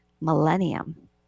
millennium